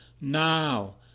now